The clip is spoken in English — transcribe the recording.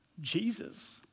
Jesus